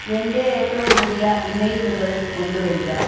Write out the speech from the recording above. എൻ്റെ ഏറ്റവും പുതിയ ഇമെയിലുകൾ കൊണ്ടുവരിക